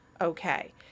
okay